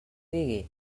digui